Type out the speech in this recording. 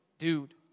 dude